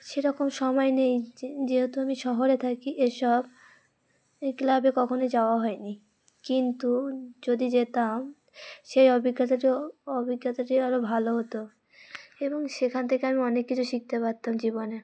সেরকম সময় নেই যে যেহেতু আমি শহরে থাকি এসব এই ক্লাবে কখনো যাওয়া হয়নি কিন্তু যদি যেতাম সেই অভিজ্ঞতাটি অভিজ্ঞতাটি আরও ভালো হতো এবং সেখান থেকে আমি অনেক কিছু শিখতে পারতাম জীবনে